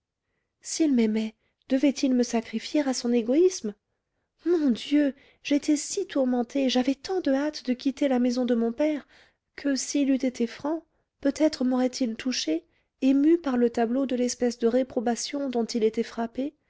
s'il m'aimait devait-il me sacrifier à son égoïsme mon dieu j'étais si tourmentée j'avais tant de hâte de quitter la maison de mon père que s'il eût été franc peut-être m'aurait-il touchée émue par le tableau de l'espèce de réprobation dont il était frappé